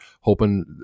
hoping